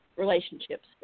Relationships